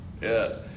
yes